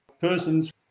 persons